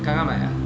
刚刚买啊